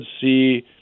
see